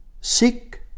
Seek